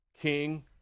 King